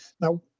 Now